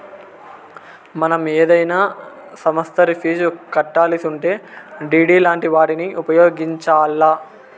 మనం ఏదైనా సమస్తరి ఫీజు కట్టాలిసుంటే డిడి లాంటి వాటిని ఉపయోగించాల్ల